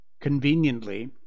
Conveniently